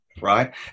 Right